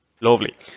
Lovely